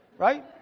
right